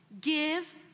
Give